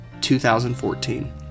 2014